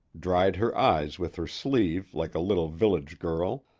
dried her eyes with her sleeve like a little village girl,